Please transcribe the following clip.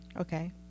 okay